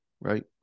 right